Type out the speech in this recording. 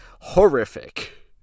horrific